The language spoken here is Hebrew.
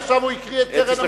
עכשיו הוא הקריא את קרן המטבע.